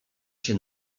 się